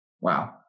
Wow